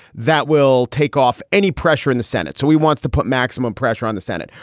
that will take off any pressure in the senate. so he wants to put maximum pressure on the senate.